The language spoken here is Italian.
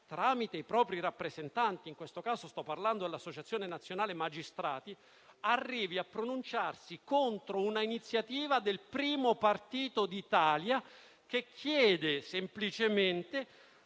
tramite i propri rappresentanti (in questo caso sto parlando dell'Associazione nazionale magistrati), arrivi a pronunciarsi contro un'iniziativa del primo partito d'Italia, che chiede semplicemente